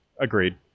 Agreed